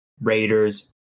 Raiders